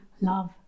love